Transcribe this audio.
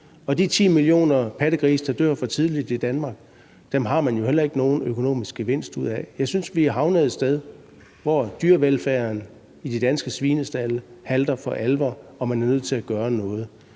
De 10 millioner pattegrise, der dør for tidligt i Danmark, har man jo heller ikke nogen økonomisk gevinst af. Jeg synes, vi er havnet et sted, hvor dyrevelfærden i de danske svinestalde for alvor halter og man er nødt til at gøre noget.